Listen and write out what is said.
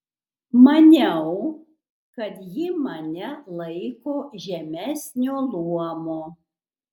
maniau kad ji mane laiko žemesnio luomo